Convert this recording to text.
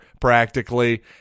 practically